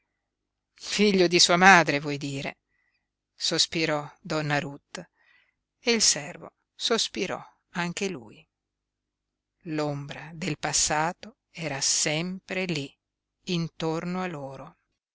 figlio di sua madre vuoi dire sospirò donna ruth e il servo sospirò anche lui l'ombra del passato era sempre lí intorno a loro